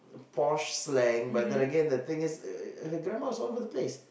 posh slang but then again the thing is uh her grammar was all over the place